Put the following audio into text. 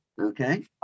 Okay